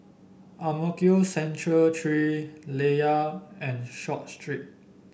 Ang Mo Kio Central Three Layar and Short Street